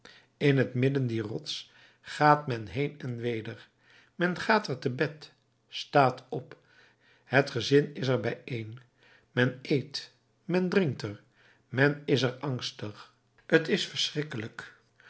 in t midden dier rots gaat men heen en weder men gaat er te bed staat op het gezin is er bijeen men eet men drinkt er men is er angstig t is verschrikkelijk